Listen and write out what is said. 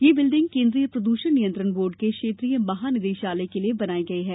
यह बिल्डिंग केन्द्रीय प्रदूषण नियंत्रण बोर्ड के क्षेत्रीय महानिदेशालय के लिए बनाई गई है